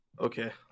Okay